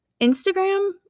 Instagram